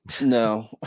no